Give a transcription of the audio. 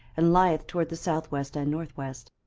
and lieth toward the south west and north west.